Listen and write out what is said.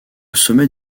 sommet